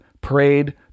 Parade